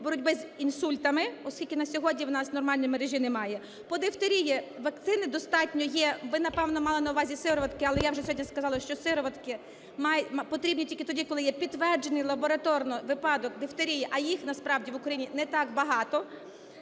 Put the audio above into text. боротьби з інсультами, оскільки на сьогодні у нас нормальної мережі немає. По дифтерії. Вакцини достатньо є, ви, напевно, мали на увазі сироватки, але я вже сьогодні сказала, що сироватки потрібні тільки тоді, коли є підтверджений лабораторно випадок дифтерії, а їх насправді в Україні не так багато.